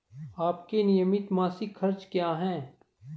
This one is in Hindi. आपके नियमित मासिक खर्च क्या हैं?